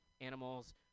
animals